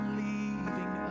leaving